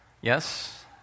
Yes